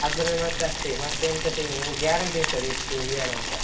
ಆದ್ರಲ್ಲಿ ಮತ್ತು ಅಷ್ಟೇ ಮತ್ತೆಂತಾ ಸಿಗು ನಿಮ್ಗೆ ಗ್ಯಾರಂಟಿ ಇರ್ತದೆ ಇಷ್ಟು ಇಯರ್ ಅಂತ